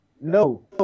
no